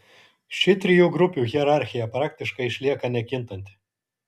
ši trijų grupių hierarchija praktiškai išlieka nekintanti